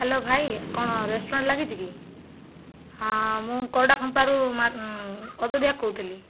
hello ଭାଇ କଣ restaurant ଲାଗିଚି କି ହଁ ମୁଁ କରଡ଼ାକମ୍ପାରୁ ଅଯୋଧ୍ୟା କହୁଥିଲି